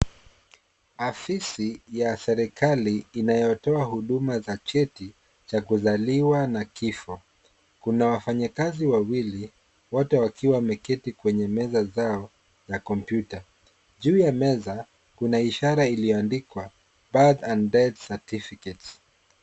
Afisi ya seikali inayotoa huduma za cheti cha kuzaliwa na kifo. Kuna wafanyikazi wawili, wote wakiwa wameketi kwenye meza zao za kompyuta. Juu ya meza, kuna ishara iliyoandikwa birth and death certificate